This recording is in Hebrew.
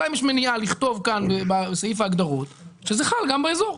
השאלה אם יש מניעה לכתוב כאן בסעיף ההגדרות שזה חל גם באזור.